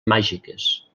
màgiques